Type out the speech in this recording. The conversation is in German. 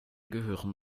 gehören